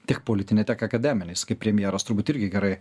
tiek politinę tiek akademinę jis kaip premjeras turbūt irgi gerai